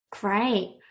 Great